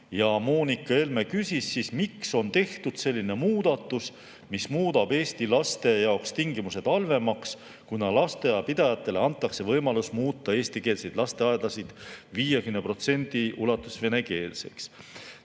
Ja Moonika Helme küsis, miks on tehtud selline muudatus, mis muudab Eesti laste jaoks tingimused halvemaks, kuna lasteaia pidajatele antakse võimalus muuta eestikeelseid lasteaedasid 50% ulatuses venekeelseks.